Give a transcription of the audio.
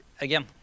again